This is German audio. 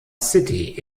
city